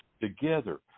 Together